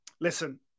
listen